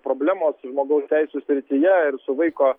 problemos žmogaus teisių srityje ir su vaiko